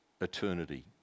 eternity